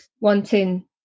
wanting